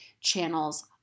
channels